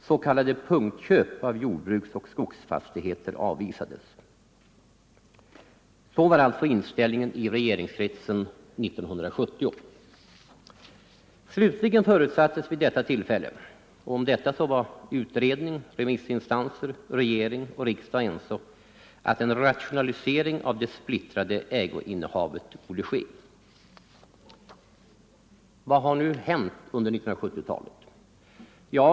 S. k. punktköp av jordbruksoch skogsfastigheter avvisades. Så var alltså inställningen i regeringskretsen 1970. Slutligen förutsattes vid detta tillfälle - om detta var utredning, remissinstanser, regering och riksdag ense —- att en rationalisering av det splittrade ägoinnehavet borde ske. Vad har nu hänt under 1970-talet?